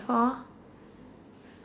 before